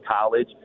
college